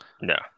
No